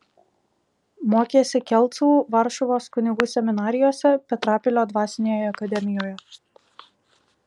mokėsi kelcų varšuvos kunigų seminarijose petrapilio dvasinėje akademijoje